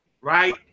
right